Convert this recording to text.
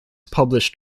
published